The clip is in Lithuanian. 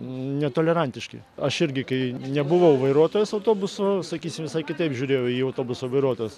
netolerantiški aš irgi kai nebuvau vairuotojas autobuso sakysim visai kitaip žiūrėjau į autobuso vairuotojas